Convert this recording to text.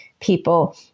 people